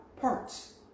parts